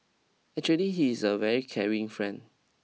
actually he is a very caring friend